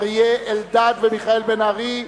אריה אלדד ומיכאל בן-ארי,